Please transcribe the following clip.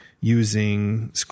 using